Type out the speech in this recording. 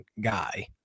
guy